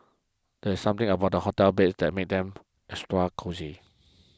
there's something about hotel beds that makes them extra cosy